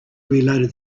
reloaded